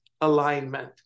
alignment